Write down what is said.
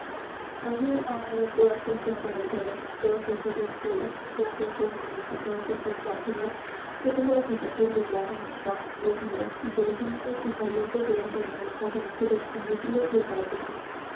ver ahora todas estas carreteras todas estas escuelas todos estos muelles y todas estas dársenas yo tengo la sensación de que alguien está de días y que los amigos y parientes le han llenado la casa de objetos inútiles y aparatosos